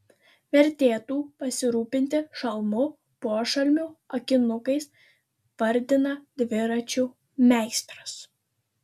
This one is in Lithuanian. vertėtų pasirūpinti šalmu pošalmiu akinukais vardina dviračių meistras